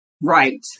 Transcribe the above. right